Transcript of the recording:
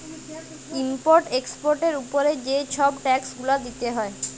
import এক্সপর্টের উপরে যে ছব ট্যাক্স গুলা দিতে হ্যয়